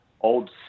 old